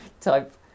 type